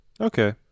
Okay